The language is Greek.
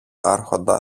άρχοντα